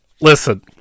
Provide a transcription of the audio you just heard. Listen